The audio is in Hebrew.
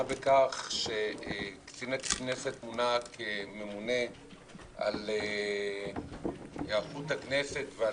בכך שקצין הכנסת מונה כממונה על היערכות הכנסת ועל